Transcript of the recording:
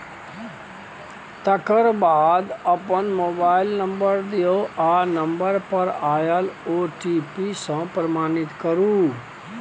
तकर बाद अपन मोबाइल नंबर दियौ आ नंबर पर आएल ओ.टी.पी सँ प्रमाणित करु